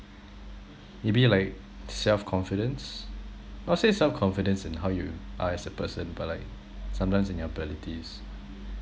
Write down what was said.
maybe like self-confidence not say self-confidence in how you are as a person but like sometimes in your abilities